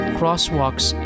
crosswalks